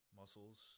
muscles